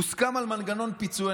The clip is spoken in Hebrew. הוסכם על מנגנון פיצוי,